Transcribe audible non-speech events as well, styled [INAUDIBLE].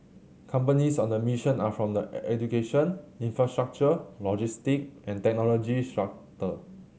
companies on the mission are from the [UNINTELLIGIBLE] education infrastructure logistic and technology [UNINTELLIGIBLE]